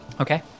Okay